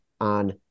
on